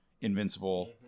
Invincible